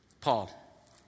Paul